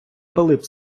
пилип